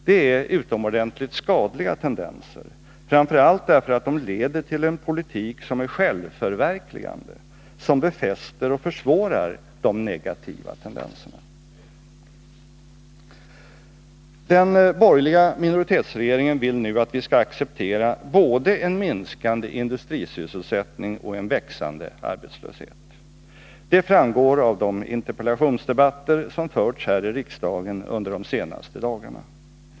Det är utomordentligt skadliga tendenser, framför allt därför att de leder till en politik som är självförverkligande, som befäster och försvårar de negativa tendenserna. Den borgerliga minoritetsregeringen vill nu att vi skall acceptera både en minskande industrisysselsättning och en växande arbetslöshet. Det framgår av de interpellationsdebatter som förts här i riksdagen under de senaste dagarna.